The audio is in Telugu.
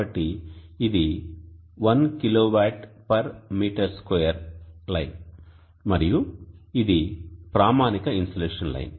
కాబట్టి ఇది 1 kWm2 లైన్ మరియు ఇది ప్రామాణిక ఇన్సోలేషన్ లైన్